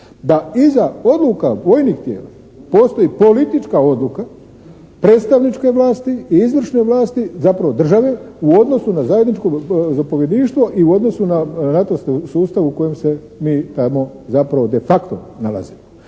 da iza odluka vojnih tijela postoji politička odluka predstavničke vlasti i izvršne vlasti zapravo države u odnosu na zajedničko zapovjedništvo i u odnosu na NATO sustav u kojem se mi tamo zapravo de facto nalazimo.